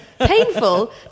Painful